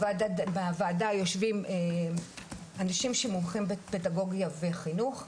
בוועדה יושבים אנשים שמומחים בפדגוגיה וחינוך,